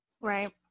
right